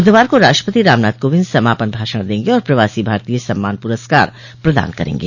बुधवार को राष्ट्रपति रामनाथ कोविंद समापन भाषण देंगे और प्रवासी भारतीय सम्मान पुरस्कार प्रदान करेंगे